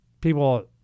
people